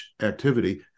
activity